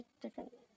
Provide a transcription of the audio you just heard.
different